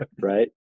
Right